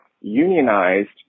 unionized